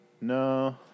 No